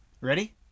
Ready